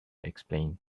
explain